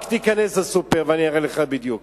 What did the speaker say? רק תיכנס לסופר ואני אראה לך בדיוק.